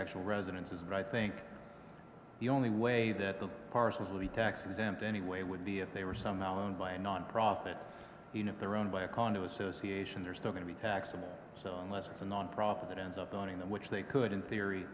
actual residences but i think the only way that the cars will be tax exempt anyway would be if they were somehow owned by a nonprofit you know they're owned by a condo association they're still going to be taxable so unless it's a nonprofit that ends up owning them which they could in theory